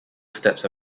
steps